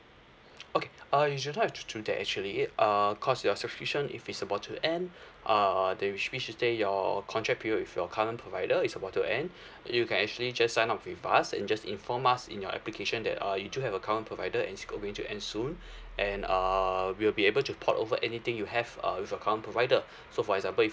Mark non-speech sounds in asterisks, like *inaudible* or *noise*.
*noise* okay uh you should not have to do that actually uh because your subscription if is about to end uh that which means to say your contract period with your current provider is about to end you can actually just sign up with us and just inform us in your application that uh you do have a current provider and is going to end soon and err we'll be able to port over anything you have err with your current provider so for example if